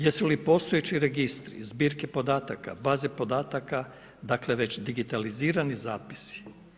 Jesu li postojeći registri, zbirke podataka, baze podataka već digitalizirani zapisi?